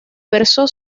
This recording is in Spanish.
versó